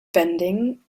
bending